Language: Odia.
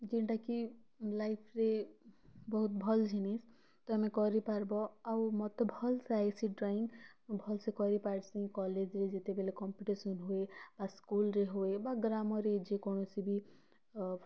ଯେନଟା କି ଲାଇଫରେ ବହୁତ୍ ଭଲ୍ ଜିନିଷ୍ ତ ଆମେ କରିପାରବ ଆଉ ମୋତେ ଭଲସେ ଆଇସି ଡ଼୍ରଇଂ ଭଲସେ କରିପାରସିଁ କଲେଜରେ ଯେତେବେଲେ କମ୍ପିଟିସନ୍ ହୁଏ ଆଉ ସ୍କୁଲରେ ହୁଏ ବା ଗ୍ରାମରେ ଯେ କୌଣସି ବି